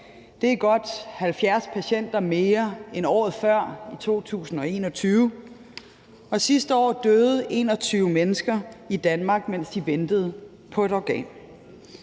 Det er godt 70 patienter mere end året før, altså i 2021, og sidste år døde 21 mennesker i Danmark, mens de ventede på et organ.